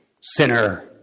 Sinner